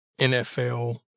NFL